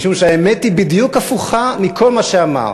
משום שהאמת היא בדיוק הפוכה מכל מה שאמרת.